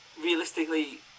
realistically